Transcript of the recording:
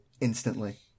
instantly